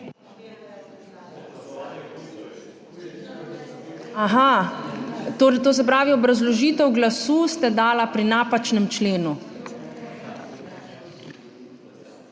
torej, to se pravi, obrazložitev glasu ste dala pri napačnem členu.